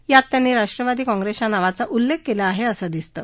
यात त्यांनी राष्ट्रवादी काँग्रेसच्या नावाचा उल्लेख केलेला आहे असं दिसतं